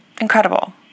Incredible